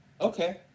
okay